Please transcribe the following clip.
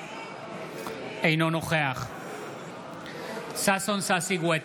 אינו נוכח ששון ששי גואטה,